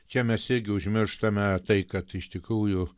čia mes irgi užmirštame tai kad iš tikrųjų